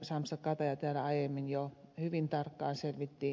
sampsa kataja täällä aiemmin jo hyvin tarkkaan selvitti